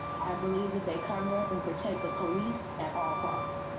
i believe that they can recommend protect the police at all costs.